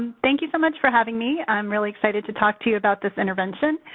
thank you so much for having me. i'm really excited to talk to you about this intervention.